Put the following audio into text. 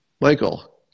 Michael